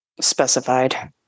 specified